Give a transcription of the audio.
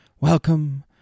Welcome